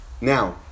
Now